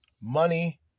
money